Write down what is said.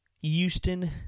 Houston